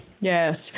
yes